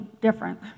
different